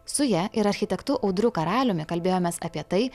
su ja ir architektu audriu karaliumi kalbėjomės apie tai